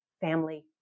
family